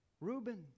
Reuben